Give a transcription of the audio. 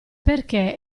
perché